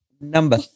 number